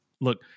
look